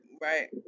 Right